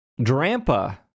Drampa